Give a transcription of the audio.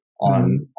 on